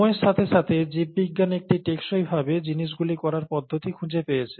সময়ের সাথে সাথে জীববিজ্ঞান একটি টেকসই ভাবে জিনিসগুলি করার পদ্ধতি খুঁজে পেয়েছে